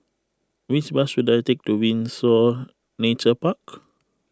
which bus should I take to Windsor Nature Park